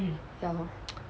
ya lor